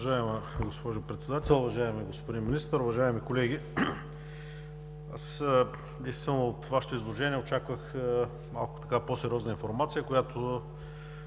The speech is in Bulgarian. Уважаема госпожо Председател, уважаеми господин Министър, уважаеми колеги! Аз действително от Вашето изложение очаквах малко по-сериозна информация, която